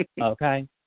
Okay